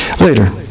Later